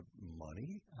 money